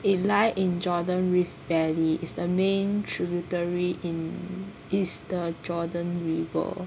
it lie in Jordan rift valley is the main tributary in is the Jordan river